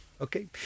Okay